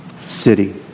city